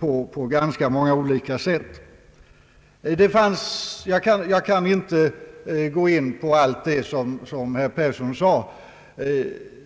på ganska många olika sätt. Jag kan inte gå in på allt som herr Persson tog upp.